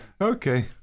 Okay